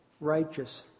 righteous